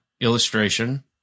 illustration